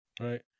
right